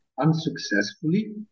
unsuccessfully